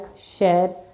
share